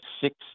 six